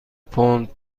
پوند